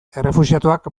errefuxiatuak